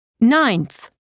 Ninth